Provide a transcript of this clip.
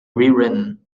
rewritten